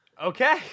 Okay